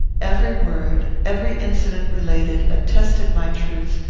every word, every incident related, attested my truth,